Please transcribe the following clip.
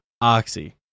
Oxy